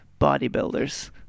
bodybuilders